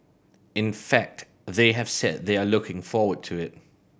in fact they have said they are looking forward to it